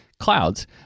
clouds